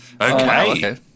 okay